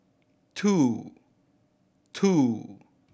two two